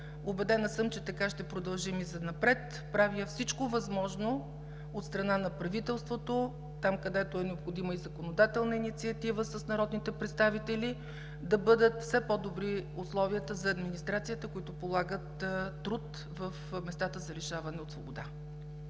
Убедена съм, че така ще продължим и занапред. Правя всичко възможно от страна на правителството там, където е необходима и законодателна инициатива с народните представители, да бъдат все по-добри условията за администрацията, които полагат труд в местата за лишаване от свобода.